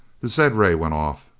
the zed-ray went off.